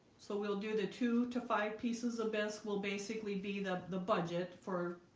so we'll do the two to five pieces of best will basically be the the budget for